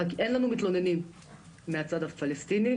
אין לנו מתלוננים מהצד הפלסטיני,